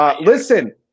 Listen